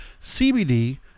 CBD